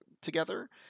together